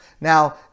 Now